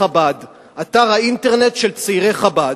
אתר האינטרנט של צעירי חב"ד.